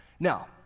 Now